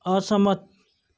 असहमत